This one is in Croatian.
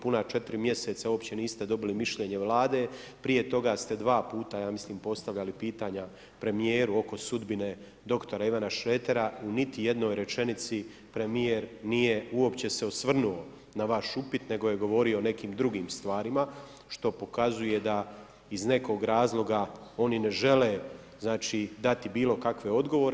Puna 4 mjeseca uopće niste dobili mišljenje Vlade, prije toga ste 2 puta ja mislim postavljali pitanja premijeru oko sudbine dr. Ivana Šretera, u niti jednoj rečenici premijer nije uopće se osvrnuo na vaš upit, nego je govorio o nekim drugim stvarima što pokazuje da iz nekog razloga oni ne žele dati bilo kakve odgovore.